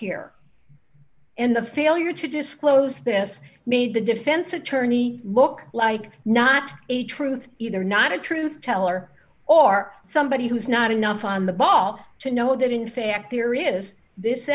here in the failure to disclose this made the defense attorney look like not a truth either not a truth teller or somebody who's not enough on the ball to know that in fact there is this